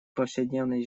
повседневной